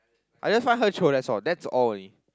I just find her chio that's all that's all